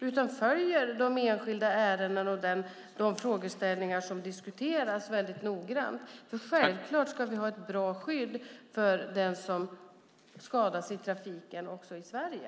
Jag följer de enskilda ärendena och de frågeställningar som diskuteras väldigt noggrant. Självklart ska vi ha ett bra skydd för den som skadas i trafiken också i Sverige.